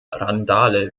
randale